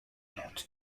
not